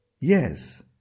Yes